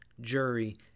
jury